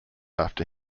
after